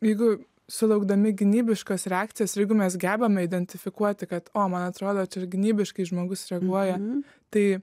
jeigu sulaukdami gynybiškos reakcijos jeigu mes gebame identifikuoti kad o man atrodo čia ir gynybiškai žmogus reaguoja tai